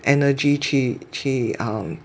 energy 去去 um